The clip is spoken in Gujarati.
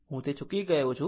હુંતે ચૂકી ગયો છું